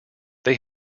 they